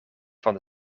van